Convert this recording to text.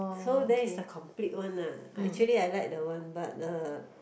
so there is the complete one lah I actually I like the one but uh